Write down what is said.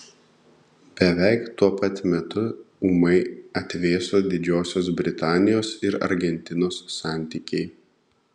beveik tuo pat metu ūmai atvėso didžiosios britanijos ir argentinos santykiai